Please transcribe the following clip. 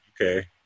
Okay